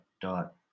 dot